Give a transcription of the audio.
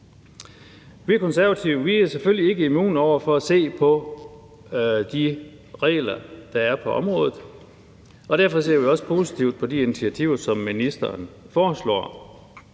Vi Konservative er selvfølgelig ikke immune over for at se på de regler, der er på området, og derfor ser vi også positivt på de initiativer, som ministeren foreslår.